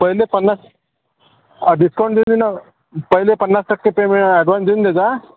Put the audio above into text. पहिले पन्नास आ डिस्काउण दिले ना पहिले पन्नास टक्के पेमे ॲडवान देऊन देजा